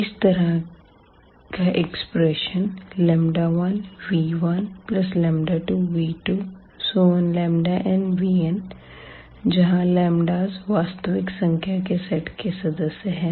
इस तरह का अभिव्यक्ति 1v12v2nvn जहाँ λs वास्तविक संख्या के सेट का सदस्य है